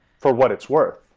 for what it's worth.